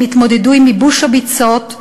הם התמודדו עם ייבוש הביצות,